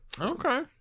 Okay